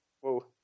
Whoa